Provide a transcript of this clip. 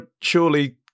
surely